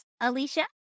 Alicia